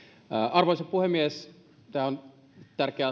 arvoisa puhemies tämä on tärkeä